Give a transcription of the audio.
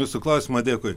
jūsų klausimą dėkui